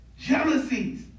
Jealousies